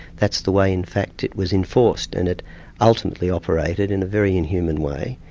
that's the way in fact it was enforced, and it ultimately operated in a very inhuman way,